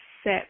Set